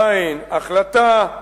ז' החלטה,